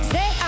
Say